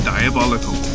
Diabolical